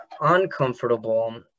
uncomfortable